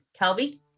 Kelby